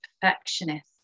perfectionist